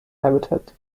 habitat